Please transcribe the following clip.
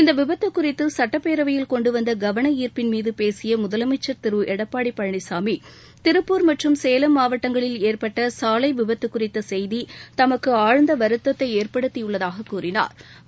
இந்த விபத்துக் குறித்து சட்டப்பேரவையில் னென்டுவந்த கவனாா்ப்பின் மீது பேசிய முதலமைச்ச் திரு எடப்பாடி பழனிசாமி திருப்பூர் மற்றும் சேலம் மாவட்டங்களில் ஏற்பட்ட சாலை விபத்தக் குறித்த செய்தி தமக்கு ஆழ்ந்த வருத்தத்தை ஏற்படுத்தியுள்ளதாக கூறினாா்